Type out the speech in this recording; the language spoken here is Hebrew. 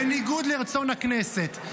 בניגוד לרצון הכנסת,